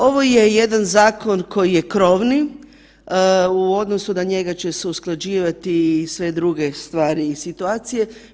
Ovo je jedan zakon koji je krovni u odnosu na njega će se usklađivati i sve druge stvari i situacije.